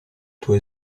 tue